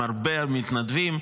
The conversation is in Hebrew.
עם הרבה מתנדבים.